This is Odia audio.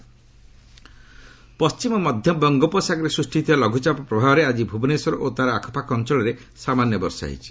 ଓଡ଼ିଶା ରେନ୍ ପଣ୍ଟିମ ମଧ୍ୟ ବଙ୍ଗୋପସାଗରରେ ସୃଷ୍ଟି ହୋଇଥିବା ଲଘୁଚାପ ପ୍ରଭାବରେ ଆକି ଭୁବନେଶ୍ୱର ଓ ତା'ର ଆଖପାଖ ଅଞ୍ଚଳରେ ସାମାନ୍ୟ ବର୍ଷା ହୋଇଛି